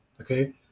okay